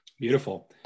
Beautiful